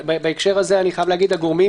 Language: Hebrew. בהקשר הזה אני חייב להגיד: הגורמים